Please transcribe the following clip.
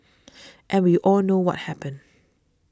and we all know what happened